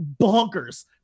bonkers